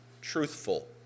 truthful